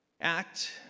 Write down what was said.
act